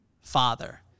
father